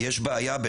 יש בעיה.